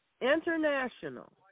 international